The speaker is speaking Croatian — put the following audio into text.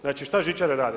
Znači šta žičare rade?